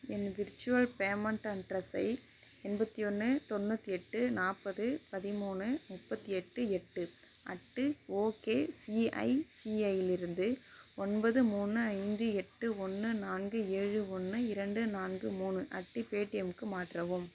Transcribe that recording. என் virtual payment அட்ரஸை எண்பத்து ஒன்று தொண்ணூற்றி எட்டு நாற்பது பதிமூணு முப்பத்து எட்டு எட்டு அட்டு ஒகே சிஐசிஐலிருந்து ஒன்பது மூணு ஐந்து எட்டு ஒன்று நான்கு ஏழு ஒன்று இரண்டு நான்கு மூணு அட்டு பேடீஎம்க்கு மாற்றவும்